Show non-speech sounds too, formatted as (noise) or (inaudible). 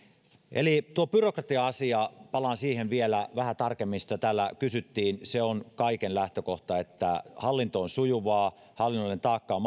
eli tuo byrokratia asia palaan siihen vielä vähän tarkemmin sitä täällä kysyttiin se on kaiken lähtökohta että hallinto on sujuvaa hallinnollinen taakka on (unintelligible)